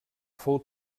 fou